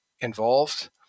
involved